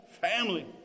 family